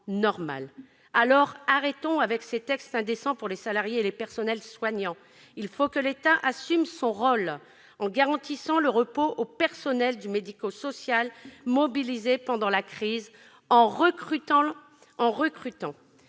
Alors, arrêtons avec ces textes indécents pour les salariés et les personnels soignants. Il faut que l'État assume son rôle en garantissant le repos aux personnels du secteur médico-social mobilisés pendant la crise en recrutant